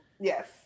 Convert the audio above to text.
Yes